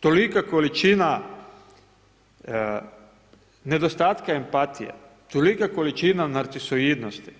Tolika količina nedostatka empatije, tolika količina narcisoidnosti,